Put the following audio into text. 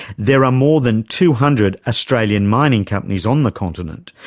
there are more than two hundred australian mining companies on the continent,